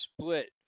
split